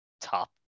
top